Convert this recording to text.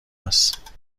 است